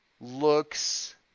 looks